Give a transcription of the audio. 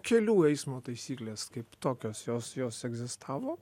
kelių eismo taisyklės kaip tokios jos jos egzistavo